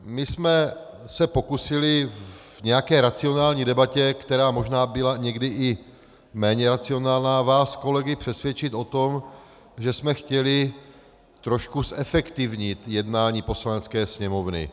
My jsme se pokusili v nějaké racionální debatě, která možná byla někdy méně racionální, vás kolegy, přesvědčit o tom, že jsme chtěli trošku zefektivnit jednání Poslanecké sněmovny.